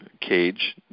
cage